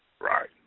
Right